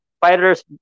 fighters